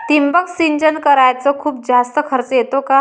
ठिबक सिंचन कराच खूप जास्त खर्च येतो का?